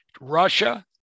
Russia